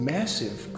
massive